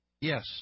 Yes